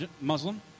Muslim